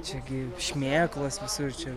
čia gi šmėklos visur čia